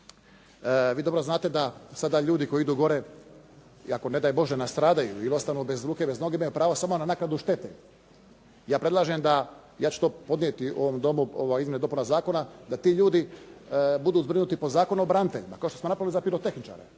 Vi dobro znate da sada ljudi koji idu gore i ako ne daj Bože nastradaju ili ostanu bez ruke i bez noge imaju samo pravo na naknadu štete. Ja predlažem da i ja ću to podnijeti ovom Domu ove izmjene i dopune zakona, da ti ljudi budu zbrinuti po Zakonu o braniteljima kao što smo napravili za pirotehničare.